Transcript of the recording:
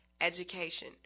education